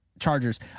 Chargers